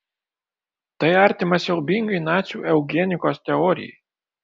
tai artima siaubingai nacių eugenikos teorijai